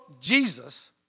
Jesus